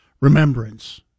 remembrance